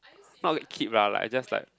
not a kid lah like I just like